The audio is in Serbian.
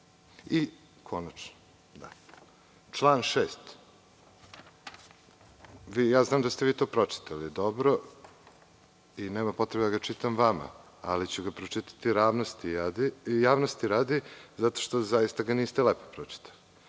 konačno, član 6. Znam da ste vi to pročitali dobro i nema potrebe da ga čitam vama, ali ću ga pročitati javnosti radi zato što zaista ga niste lepo pročitali. Znači,